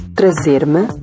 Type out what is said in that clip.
trazer-me